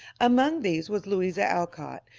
among these was louisa alcott,